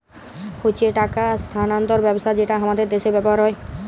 হচ্যে টাকা স্থানান্তর ব্যবস্থা যেটা হামাদের দ্যাশে ব্যবহার হ্যয়